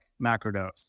macrodose